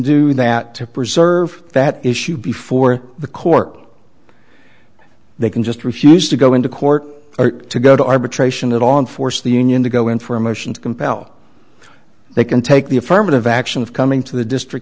do that to preserve that issue before the court they can just refuse to go into court or to go to arbitration and on force the union to go in for a motion to compel they can take the affirmative action of coming to the district